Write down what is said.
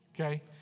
Okay